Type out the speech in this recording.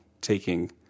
taking